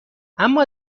اما